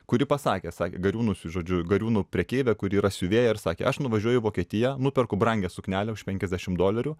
kuri pasakė sakė gariūnus žodžiu gariūnų prekeivė kuri yra siuvėja ir sakė aš nuvažiuoju į vokietiją nuperku brangią suknelę už penkiasdešimt dolerių